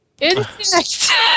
Insect